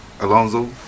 alonzo